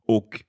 Och